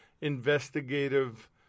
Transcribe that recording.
investigative